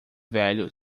velho